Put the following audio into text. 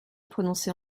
prononcé